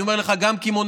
אני אומר לך, גם קמעונאות.